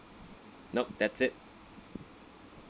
nope that's it